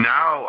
Now